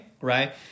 right